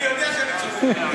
אני יודע שאני צודק.